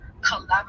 collaborate